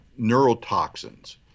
neurotoxins